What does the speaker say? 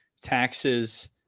taxes